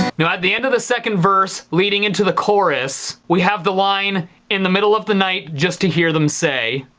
now at the end of the second verse, leading into the chorus we have the line in the middle of the night just to hear them say,